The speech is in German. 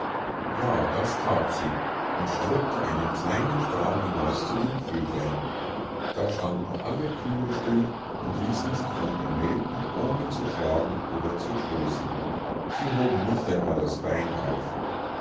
ja das that sie sie strippte einen kleinen strahl hinaus zu den vöglein da standen alle kühe still und ließen sich von ihr melken ohne zu schlagen oder zu stoßen sie hoben nicht einmal das bein auf